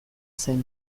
zen